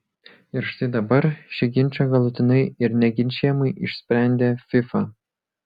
ir štai dabar šį ginčą galutinai ir neginčijamai išsprendė fifa